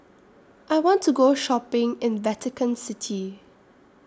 I want to Go Shopping in Vatican City